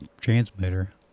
transmitter